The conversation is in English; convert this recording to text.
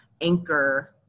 anchor